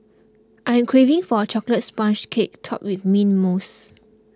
I am craving for a Chocolate Sponge Cake Topped with Mint Mousse